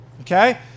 Okay